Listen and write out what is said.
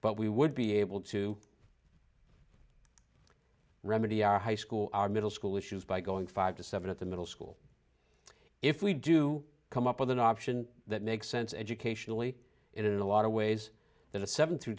but we would be able to remedy our high school our middle school issues by going five to seven at the middle school if we do come up with an option that makes sense educationally in a lot of ways the seven through